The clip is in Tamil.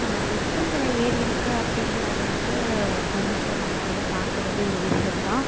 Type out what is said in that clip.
பெட்ரோல் விலை ஏறியிருக்குது அப்படிங்கிறது வந்து கொஞ்சம் நம்ம வந்து பார்க்க வேண்டிய ஒரு விஷயம் தான்